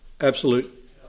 absolute